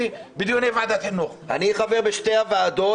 בדיוני ועדת חינוך --- אני חבר בשתי הוועדות,